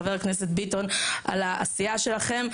חבר הכנסת ביטון על העשייה שלכם.